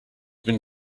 been